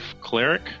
cleric